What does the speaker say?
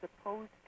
opposed